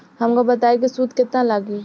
हमका बताई कि सूद केतना लागी?